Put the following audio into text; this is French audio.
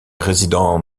résident